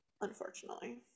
unfortunately